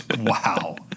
wow